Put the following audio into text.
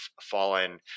fallen